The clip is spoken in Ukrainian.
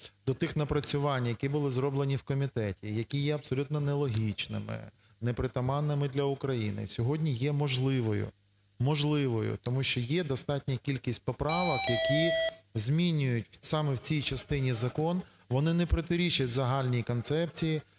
до тих напрацювань, які були зроблені в комітеті, які є абсолютно нелогічними, непритаманними для України. Сьогодні є можливою, можливою, тому що є достатня кількість поправок, які змінюють саме в цій частині закон, вони не протирічать загальній концепції,